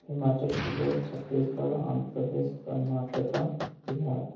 Himachal Pradesh Chhattisgarh Andhra Pradesh Karnataka Bihar